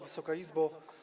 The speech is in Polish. Wysoka Izbo!